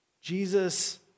Jesus